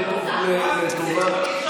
לטובת,